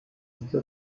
latter